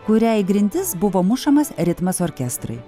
kuria į grindis buvo mušamas ritmas orkestrui